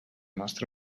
nostre